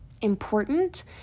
important